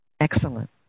Excellent